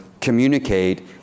communicate